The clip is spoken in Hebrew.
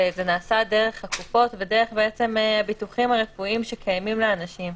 וזה נעשה דרך הקפות ודרך הביטוחים הרפואיים שקיימים לאנשים.